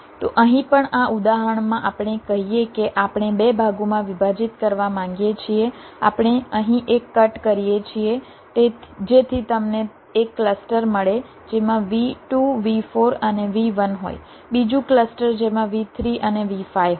તો અહીં પણ આ ઉદાહરણમાં આપણે કહીએ કે આપણે 2 ભાગોમાં વિભાજીત કરવા માંગીએ છીએ આપણે અહીં એક કટ કરીએ છીએ જેથી તમને એક ક્લસ્ટર મળે જેમાં V2 V4 અને V1 હોય બીજું ક્લસ્ટર જેમાં V3 અને V5 હોય